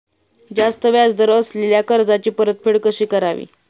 जास्त व्याज दर असलेल्या कर्जाची परतफेड कशी करावी?